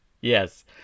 Yes